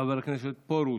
חבר הכנסת פרוש,